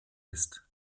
ist